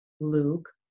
Luke